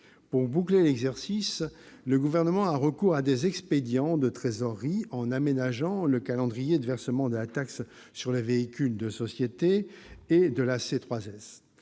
Pour boucler l'exercice, le Gouvernement a recours à des expédients de trésorerie, en aménageant le calendrier de versement de la taxe sur les véhicules de société et de la